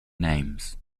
names